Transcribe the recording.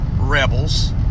rebels